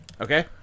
Okay